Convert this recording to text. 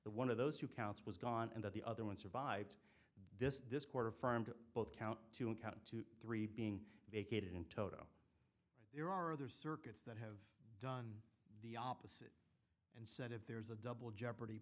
the one of those two counts was gone and that the other one survived this this court affirmed both count two and count two three being vacated in toto there are other circuits that have done the opposite and said if there's a double jeopardy